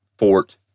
Fort